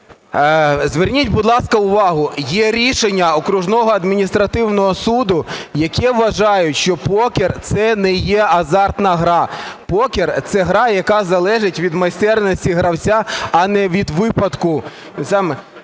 Зверніть, будь ласка, увагу. Є рішення окружного адміністративного суду, який вважає, що покер це не є азартна гра. Покер – це гра, яка залежить від майстерності гравця а не від випадку.